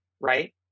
right